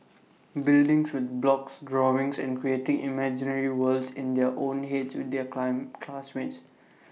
buildings with blocks drawings and creating imaginary worlds in their own heads with their claim classmates